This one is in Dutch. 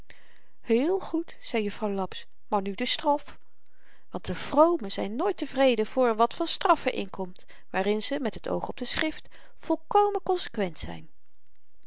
heel goed zei juffrouw laps maar nu de straf want de vromen zyn nooit tevreden voor er wat van straffen in komt waarin ze met het oog op de schrift volkomen konsekwent zyn